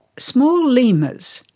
small lemurs,